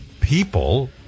people